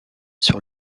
sur